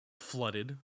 flooded